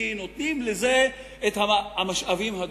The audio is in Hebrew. כי נותנים לזה את המשאבים הדרושים.